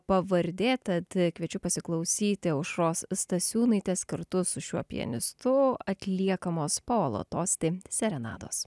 pavardė tad kviečiu pasiklausyti aušros stasiūnaitės kartu su šiuo pianistu atliekamos paolo tosti serenados